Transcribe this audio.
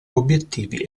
obiettivi